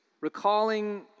recalling